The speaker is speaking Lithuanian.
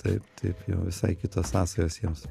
taip taip jau visai kitos sąsajos jiems